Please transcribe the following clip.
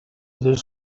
this